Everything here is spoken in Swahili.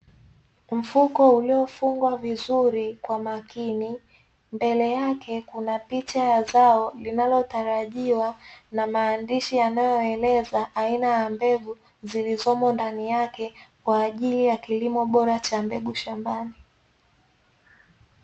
Mfuko uliofungwa vizuri kwa makini, mbele yake kuna picha ya zao linalo linalotarajiwa na maandishi yanayoeleza aina ya mbegu zilizomo ndani yake kwa ajili ya kilimo bora cha mbegu shambani.